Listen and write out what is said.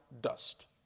dust